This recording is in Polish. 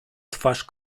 twarz